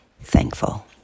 thankful